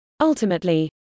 ultimately